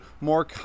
more